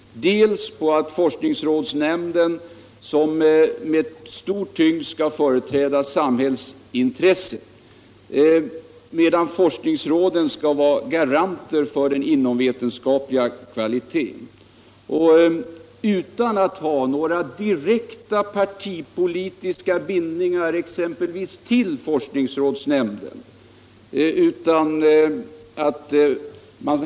Forskningsrådsnämnden skall med stor tyngd företräda samhällsintresset, medan forskningsråden skall vara garanter för den inomvetenskapliga kvaliteten utan att ha några direkta partipolitiska bindningar exempelvis till forskningsrådsnämnden.